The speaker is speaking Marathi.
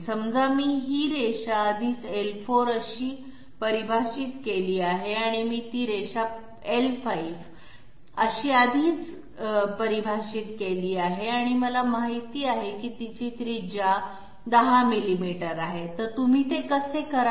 समजा मी ही रेषा आधीच l4 अशी परिभाषित केली आहे आणि मी ती रेषा l5 अशी आधीच परिभाषित केली आहे आणि मला माहित आहे की तिची त्रिज्या 10 मिलीमीटर आहे तर तुम्ही ते कसे कराल